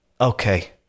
Okay